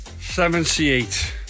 78